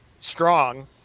strong